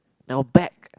now back